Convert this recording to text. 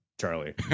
Charlie